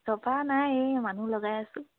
চপা নাই এই মানুহ লগাই আছোঁ